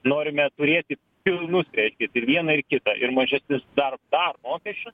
norime turėti pilnus reiškias ir vieną ir kitą ir mažesnius dar dar mokesčius